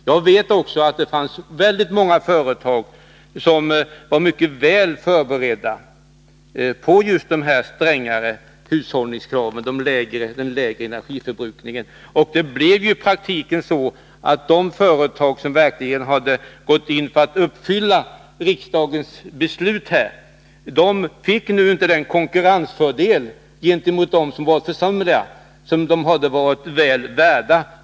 Jag vet att det fanns många företag som var mycket väl förberedda för de strängare hushållningskraven och den lägre energiförbrukningen. I praktiken fick de företag som verkligen gått in för att följa riksdagens beslut inte den konkurrensfördel fr.o.m. den 1 januari 1983 gentemot dem som varit försumliga som de hade varit väl värda.